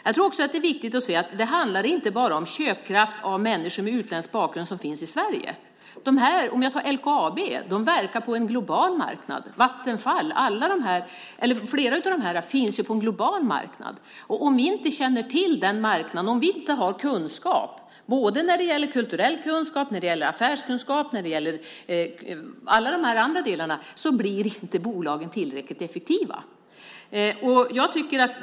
Det är också viktigt att se att det inte bara handlar om köpkraft hos människor med utländsk bakgrund som finns i Sverige. LKAB verkar på en global marknad. Det gäller också till exempel Vattenfall och flera andra. De finns på en global marknad. Om vi inte känner till den marknaden, om vi inte har kulturell kunskap, affärskunskap eller de andra delarna, blir inte bolagen tillräckligt effektiva.